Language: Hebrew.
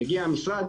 מגיע המשרד,